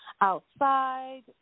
outside